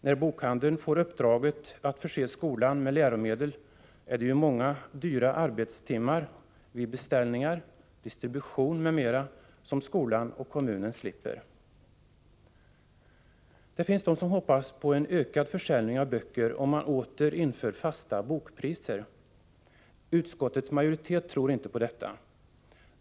När bokhandeln får uppdraget att förse skolan med läromedel kommer skolan och kommunen att slippa många dyra arbetstimmar med beställningar, distribution m.m. Det finns de som hoppas på en ökad försäljning av böcker om fasta bokpriser åter införs. Utskottets majoritet tror inte på detta.